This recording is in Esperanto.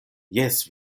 jes